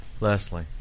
Leslie